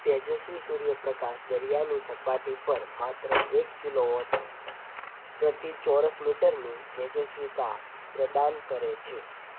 તેજસ્વી સૂર્યપ્રકાશ દરિયાની સપાટી પર માત્ર એક કિલોવોટ પ્રતિ ચોરસ મીટરની તેજસ્વિતા પ્રદાન કરે છે